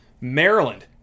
Maryland